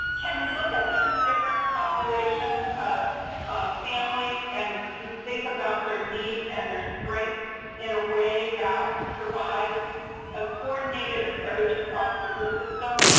can we look at those different populations of of families and think about their needs and their strengths in a way that provides a coordinated approach across service systems?